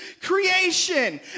creation